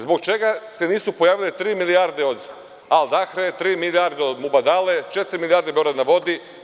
Zbog čega se nisu pojavile tri milijarde od „Al Dahre“, tri milijarde od „Mubadale“, četiri milijarde od „Beograd na vodi“